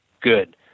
good